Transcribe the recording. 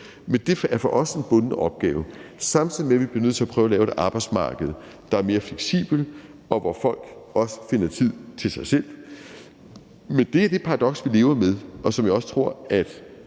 men det er for os en bunden opgave – og på den anden side bliver nødt til at prøve at lave et arbejdsmarked, der er mere fleksibelt, og hvor folk også finder tid til selv. Men det er det paradoks, vi lever med, og som jeg også tror at